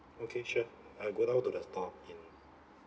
okay sure I go down to the store in